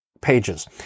pages